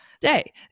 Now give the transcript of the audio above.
day